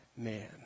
man